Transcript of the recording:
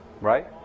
right